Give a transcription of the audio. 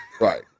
Right